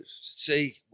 see